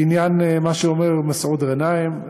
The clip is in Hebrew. בעניין מה שאומר מסעוד גנאים,